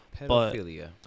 pedophilia